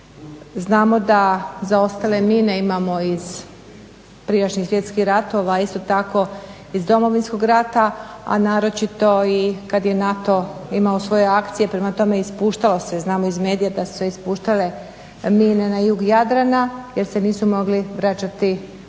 Znamo da za ostale mine imamo iz prijašnjih svjetskih ratova isto tako iz Domovinskog rata i naročito kad je NATO imao svoje akcije prema tome ispuštao se znamo iz medija, da su se ispuštale mine na jug jadrana jer se nisu mogli vraćati u